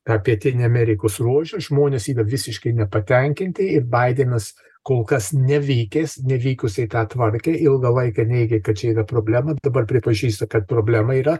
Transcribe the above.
tą pietinį amerikos rožių žmonės yra visiškai nepatenkinti ir baidenas kol kas nevykęs nevykusiai tą tvarkė ilgą laiką neigė kad čia yra problema ir dabar pripažįsta kad problema yra